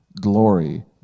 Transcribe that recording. glory